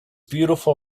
beautiful